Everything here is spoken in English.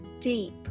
deep